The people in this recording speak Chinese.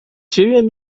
学院